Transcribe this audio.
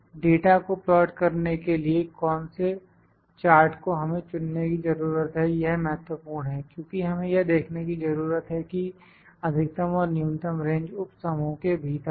data को plot करने के लिए कौन से चार्ट को हमें चुनने की जरूरत है यह महत्वपूर्ण है क्योंकि हमें यह देखने की जरूरत है कि अधिकतम और न्यूनतम रेंज उप समूह के भीतर है